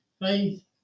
faith